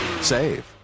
Save